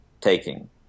taking